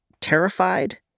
terrified